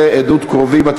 117) (החמרת הענישה בשל כניסה לשטח חקלאי),